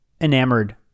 enamored